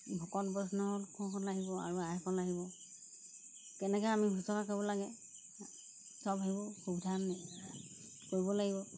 ভকত বৈষ্ণব আহিব আৰু আইসকল আহিব কেনেকৈ আমি শুশ্ৰুষা কৰিব লাগে চব আহিব সুবিধা কৰিব লাগিব